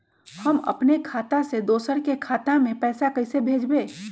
हम अपने खाता से दोसर के खाता में पैसा कइसे भेजबै?